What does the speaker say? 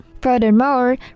Furthermore